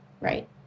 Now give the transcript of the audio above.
right